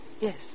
Yes